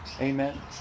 Amen